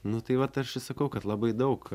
nu tai va aš i sakau kad labai daug